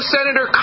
Senator